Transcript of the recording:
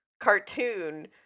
cartoon